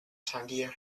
tangier